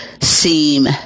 seem